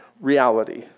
reality